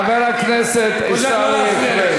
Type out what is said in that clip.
יש פה, חברת הכנסת עאידה תומא סלימאן,